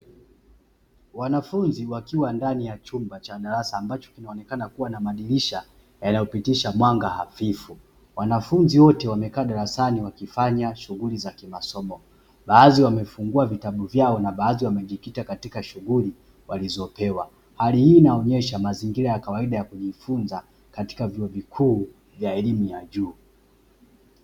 Wanafunzi, wakiwa ndani ya chumba cha darasa ambacho kinaonekana kuwa na madirisha yanayopitisha mwanga hafifu. Wanafunzi wote wamekaa darasani wakifanya shughuli za kimasomo; baadhi wamefungua vitabu vyao na baadhi wamejikita katika shughuli walizopewa. Hali hii inaonyesha mazingira ya kawaida ya kujifunza katika vyuo vikuu vya elimu ya juu.